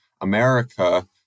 America